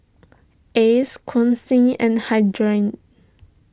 Ace Quincy and Hildred